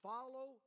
Follow